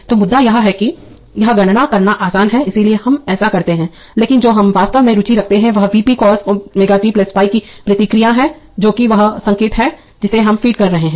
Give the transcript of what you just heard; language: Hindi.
तो मुद्दा यह है कि यह गणना करना आसान है इसलिए हम ऐसा करते हैं लेकिन जो हम वास्तव में रुचि रखते हैं वह Vp × cos t 5 की प्रतिक्रिया है जो कि वह संकेत है जिसे हम फीड रहे हैं